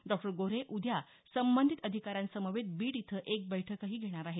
डॉ गोऱ्हे उद्या संबंधित अधिकाऱ्यांसमवेत बीड इथं एक बैठकही घेणार आहेत